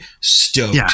Stoked